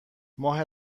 ماه